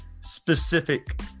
specific